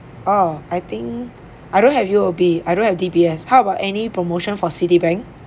oh I think I don't have U_O_B I don't have D_B_S how about any promotion for Citibank